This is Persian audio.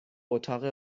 اتاق